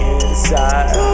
inside